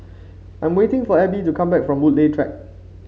I'm waiting for Ebb to come back from Woodleigh Track